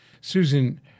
Susan